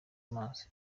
amazi